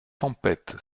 tempête